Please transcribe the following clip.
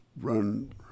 run